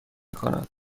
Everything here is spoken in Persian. کند